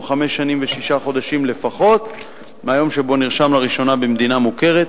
או חמש שנים ושישה חודשים לפחות מהיום שבו נרשם לראשונה במדינה מוכרת,